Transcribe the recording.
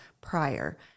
prior